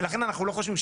אני אומר עוד פעם,